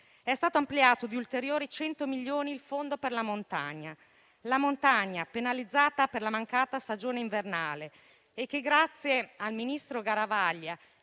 È stato ampliato di ulteriori 100 milioni il Fondo nazionale per la montagna, penalizzata per la mancata stagione invernale. Grazie al ministro Garavaglia,